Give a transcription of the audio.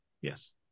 yes